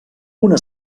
una